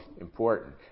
important